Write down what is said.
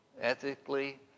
ethically